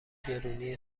گرونی